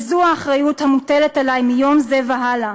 וזו האחריות המוטלת עלי מיום זה והלאה.